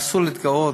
אסור להתגאות,